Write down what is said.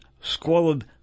squalid